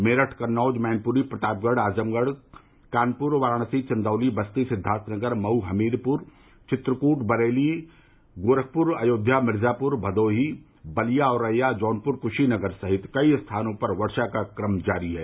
मेरठ कन्नौज मैनपुरी प्रतापगढ़ आजमगढ़ कानपुर वाराणसी चंदौली बस्ती सिद्वार्थनगर मऊ हमीरपुर चित्रकूट बरेली गोरखपुर अयोध्या मिर्जापुर भदोही बलिया औरैया जौनपुर कृशीनगर सहित कई स्थानों पर वर्षा का कम जारी है